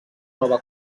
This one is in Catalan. nova